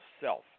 self